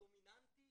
הדומיננטי